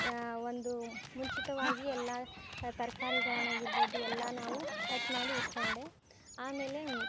ಯಾ ಒಂದು ಮುಂಚಿತವಾಗಿ ಎಲ್ಲ ತರ್ಕಾರಿಗಳನ್ನ ಆಗಿರ್ಬೋದು ಎಲ್ಲ ನಾವು ಕಟ್ ಮಾಡಿ ಇಟ್ಕೊಂಡೆ ಆಮೇಲೆ